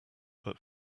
but